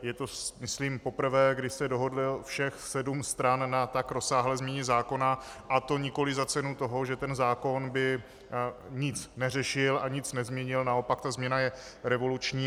Je to myslím poprvé, kdy se dohodlo všech sedm stran na tak rozsáhlé změně zákona, a to nikoliv za cenu toho, že ten zákon by nic neřešil a nic nezměnil, naopak ta změna je revoluční.